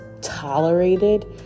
tolerated